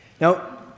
Now